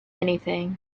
anything